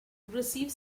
receive